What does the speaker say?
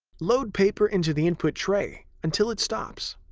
load paper into the input tray until it stops.